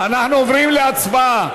אנחנו עוברים להצבעה.